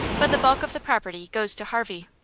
but the bulk of the property goes to harvey.